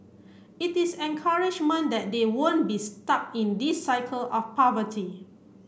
it is encouragement that they won't be stuck in this cycle of poverty